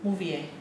movie eh